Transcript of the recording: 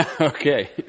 Okay